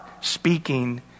speaking